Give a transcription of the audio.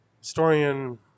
historian